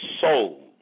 soul